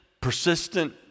persistent